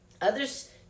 Others